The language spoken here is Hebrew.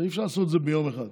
אי-אפשר לעשות את זה ביום אחד.